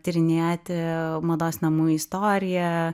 tyrinėti mados namų istoriją